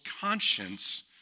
conscience